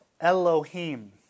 Elohim